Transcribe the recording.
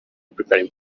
preparing